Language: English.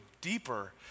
deeper